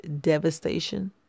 devastation